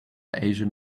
asian